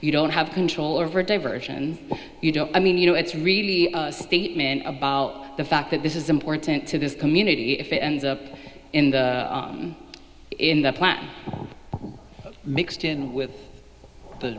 you don't have control over diversion you don't i mean you know it's really a statement about the fact that this is important to this community if it ends up in the in the plan mixed in with the